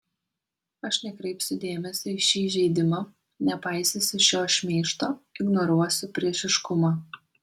aš nekreipsiu dėmesio į šį įžeidimą nepaisysiu šio šmeižto ignoruosiu priešiškumą